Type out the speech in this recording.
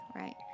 right